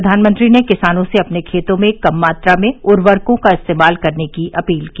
प्रधानमंत्री ने किसानों से अपने खेतों में कम मात्रा में उर्वरकों का इस्तेमाल करने की अपील की